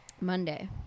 Monday